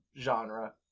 genre